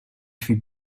fut